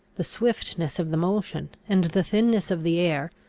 the swiftness of the motion, and the thinness of the air,